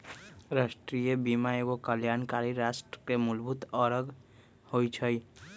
राष्ट्रीय बीमा एगो कल्याणकारी राष्ट्र के मूलभूत अङग होइ छइ